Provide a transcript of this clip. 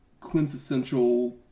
quintessential